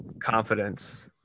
confidence